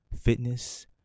fitness